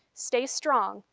stay strong,